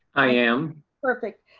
i am. perfect.